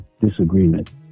disagreement